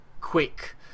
quick